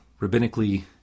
rabbinically